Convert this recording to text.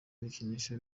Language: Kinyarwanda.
ibikinisho